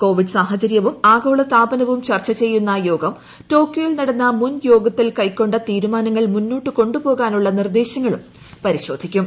Covid സാഹചര്യവും ആഗോള താപനവും ചർച്ച ചെയ്യുന്ന യോഗം ടോക്യോയിൽ നടന്ന മുൻയോഗത്തിൽ കൈക്കൊണ്ട തീരുമാനങ്ങൾ മുന്നോട്ടു കൊണ്ടു പോകാനുള്ള നിർദ്ദേശങ്ങളും പരിശോധിക്കും